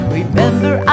remember